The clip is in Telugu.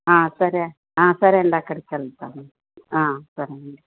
సరే సరే అండి అక్కడికెళ్తాము సరే అండి